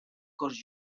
cos